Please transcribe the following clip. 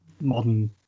modern